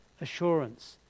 assurance